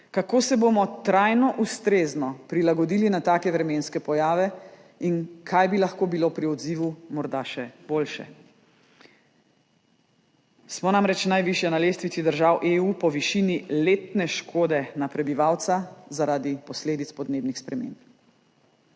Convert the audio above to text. kako se bomo trajno ustrezno prilagodili na take vremenske pojave in kaj bi lahko bilo pri odzivu morda še boljše. Smo namreč najvišja na lestvici držav EU po višini letne škode na prebivalca zaradi posledic podnebnih sprememb.